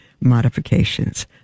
modifications